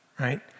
right